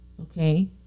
Okay